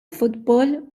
futbol